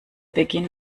beginn